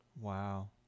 Wow